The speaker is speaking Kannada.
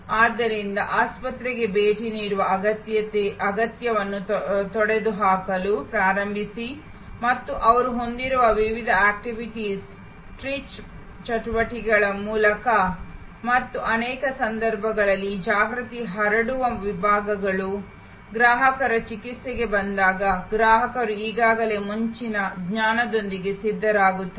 ಆದ್ದರಿಂದ ಆಸ್ಪತ್ರೆಗೆ ಭೇಟಿ ನೀಡುವ ಅಗತ್ಯವನ್ನು ತೊಡೆದುಹಾಕಲು ಪ್ರಾರಂಭಿಸಿ ಮತ್ತು ಅವರು ಹೊಂದಿರುವ ವಿವಿಧ activities ಔಟ್ ರೀಚ್ಚಟುವಟಿಕೆಗಳ ಮೂಲಕ ಮತ್ತು ಅನೇಕ ಸಂದರ್ಭಗಳಲ್ಲಿ ಈ ಜಾಗೃತಿ ಹರಡುವ ವಿಭಾಗಗಳು ಗ್ರಾಹಕರು ಚಿಕಿತ್ಸೆಗೆ ಬಂದಾಗ ಗ್ರಾಹಕರು ಈಗಾಗಲೇ ಮುಂಚಿನ ಜ್ಞಾನದೊಂದಿಗೆ ಸಿದ್ಧರಾಗಿರುತ್ತಾರೆ